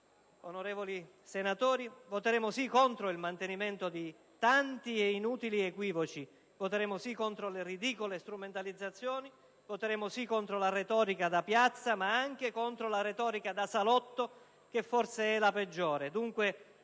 onorevoli senatori), voteremo sì contro il mantenimento di tanti e inutili equivoci; voteremo sì contro le ridicole strumentalizzazioni; voteremo sì contro la retorica da piazza, ma anche contro la retorica da salotto, che forse è la peggiore.